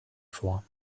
vor